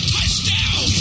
Touchdown